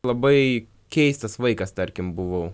labai keistas vaikas tarkim buvau